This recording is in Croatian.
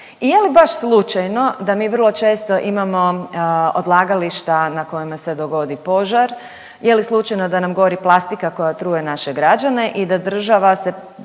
i je li baš slučajno da mi vrlo često imamo odlagališta na kojima se dogodi požar, je li slučajno da nam gori plastika koja truje naše građane i da država se